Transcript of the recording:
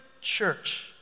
church